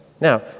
Now